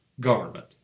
government